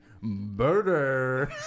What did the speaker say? Murder